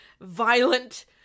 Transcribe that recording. violent